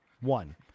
one